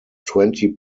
twenty